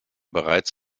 bereits